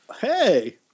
Hey